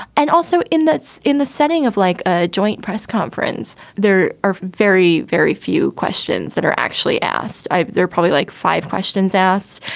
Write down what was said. and also in that's in the setting of like a joint press conference there are very, very few questions that are actually asked. they're probably like five questions asked.